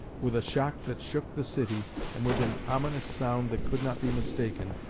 with a shock that shook the city, and with an ominous sound that could not be mistaken,